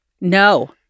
No